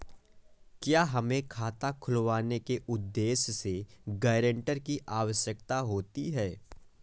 क्या हमें खाता खुलवाने के उद्देश्य से गैरेंटर की आवश्यकता होती है?